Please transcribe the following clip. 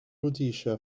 rhodesia